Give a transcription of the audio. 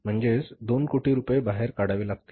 म्हणजेच दोन कोटी रुपये बाहेर काढावे लागतील